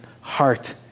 heart